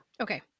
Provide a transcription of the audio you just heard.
Okay